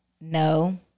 No